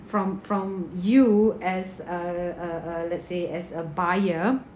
from from you as a a a let's say as a buyer